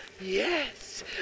Yes